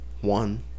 One